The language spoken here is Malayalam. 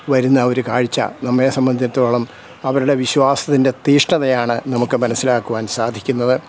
വരുന്ന ആ ഒരു കാഴ്ച്ച നമ്മെ സംബന്ധിച്ചിടത്തോളം അവരുടെ വിശ്വാസത്തിൻ്റെ തീക്ഷണതയാണ് നമുക്ക് മനസിലാക്കുവാൻ സാധിക്കുന്നത്